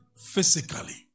physically